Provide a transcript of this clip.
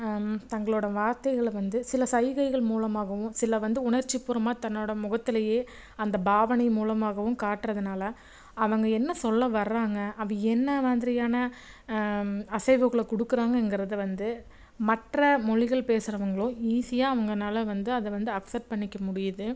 தங்களோடய வார்த்தைகளை வந்து சில சைகைகள் மூலமாகவும் சில வந்து உணர்ச்சிப்பூர்வமாக தன்னோடய முகத்துலேயே அந்த பாவனை மூலமாகவும் காட்டுறதுனால அவங்க என்ன சொல்ல வராங்க அது என்னா மாதிரியான அசைவுகளை கொடுக்குறாங்கங்குறத வந்து மற்ற மொழிகள் பேசுறவங்கள் ஈஸியாக அவங்கனால் வந்து அதைவந்து அக்செப்ட் பண்ணிக்க முடியுது